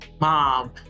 mom